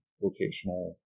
vocational